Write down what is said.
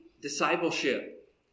discipleship